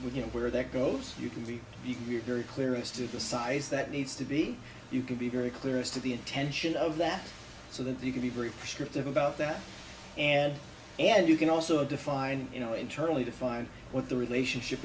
you know where that goes you can be you can be very clear as to the size that needs to be you can be very clear as to the attention of that so that you can be very prescriptive about that and and you can also define you know internally define what the relationship